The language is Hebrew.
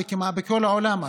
בכל העולם,